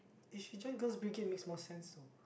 if she join Girls-Brigade makes more sense though